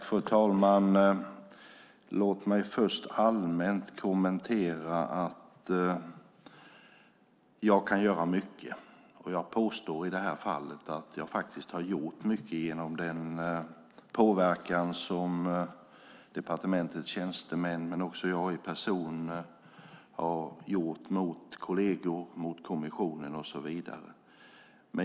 Fru talman! Jag kan göra mycket, och jag påstår att jag i detta fall har gjort mycket genom den påverkan som departementets tjänstemän och jag personligen har haft på kolleger, kommissionen och så vidare.